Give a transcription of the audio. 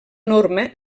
norma